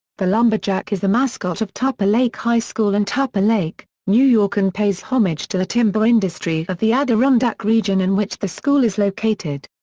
the lumberjack is the mascot of tupper lake high school in and tupper lake, new york and pays homage to the timber industry of the adirondack region in which the school is located.